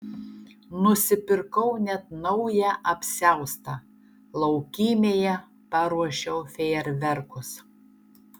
nusipirkau net naują apsiaustą laukymėje paruošiau fejerverkus